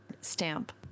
Stamp